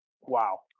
Wow